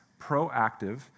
proactive